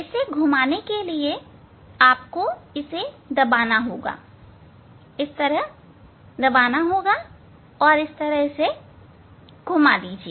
इसे घुमाने के लिए आपको इसे दबाना होगा और इस तरह घुमा दीजिए